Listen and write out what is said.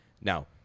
Now